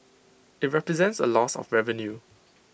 IT represents A loss of revenue